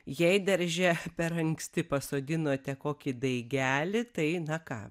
jei darže per anksti pasodinote kokį daigelį tai na ką